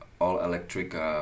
all-electric